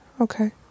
Okay